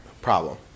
problem